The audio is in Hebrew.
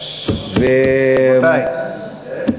רבותי,